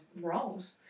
roles